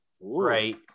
right